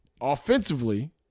offensively